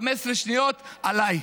15 שניות עליי.